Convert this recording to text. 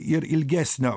ir ilgesnio